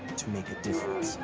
to make a difference.